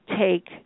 take